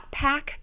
pack